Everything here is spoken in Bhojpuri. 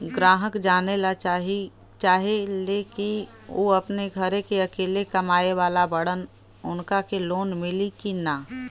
ग्राहक जानेला चाहे ले की ऊ अपने घरे के अकेले कमाये वाला बड़न उनका के लोन मिली कि न?